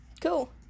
Cool